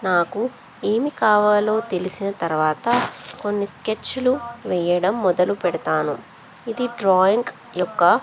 నాకు ఏమి కావాలో తెలిసిన తర్వాత కొన్ని స్కెచ్లు వేయడం మొదలు పెడతాను ఇది డ్రాయింగ్ యొక్క